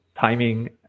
timing